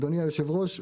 אדוני היושב-ראש,